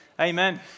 Amen